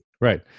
Right